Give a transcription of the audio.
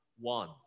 one